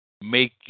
Make